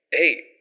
Hey